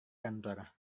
kantor